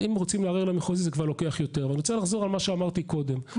אבל אני גם כן מכירה מקרים כאשר גילו